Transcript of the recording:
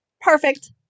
Perfect